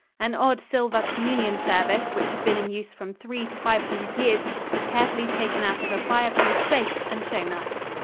an odd silver communion service which had been in use from three to five hundred years was carefully taken out of a fire-proof safe and shown us.